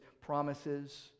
promises